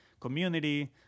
community